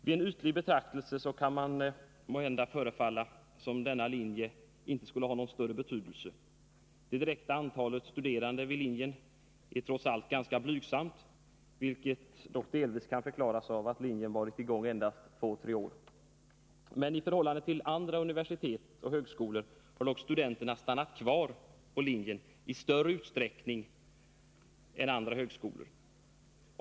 Vid en ytlig betraktelse kan det måhända förefalla som om denna linje inte skulle ha någon större betydelse. Det direkta antalet studerande är trots allt ganska blygsamt, vilket dock delvis kan förklaras av att linjen varit i gång endast två tre år. De studerande har dock stannat kvar vid denna linje i större utsträckning än vad som varit förhållandet vid andra universitet och högskolor.